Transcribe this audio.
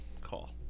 Call